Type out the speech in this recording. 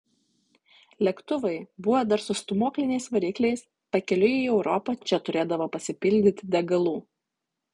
lėktuvai buvę dar su stūmokliniais varikliais pakeliui į europą čia turėdavo pasipildyti degalų